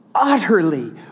Utterly